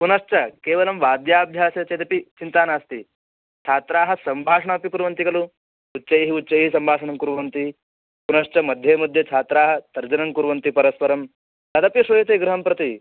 पुनश्च केवलं वाद्याभ्यासः चेदपि चिन्ता नास्ति छात्राः सम्भाषणम् अपि कुर्वन्ति खलु उच्चैः उच्चैः सम्भाषणं कुर्वन्ति पुनश्च मध्ये मध्ये छात्राः तर्जनं कुर्वन्ति परस्परं तदपि श्रूयते गृहं प्रति